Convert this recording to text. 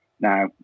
Now